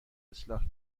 اصلاح